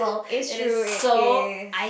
it's true it is